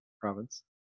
province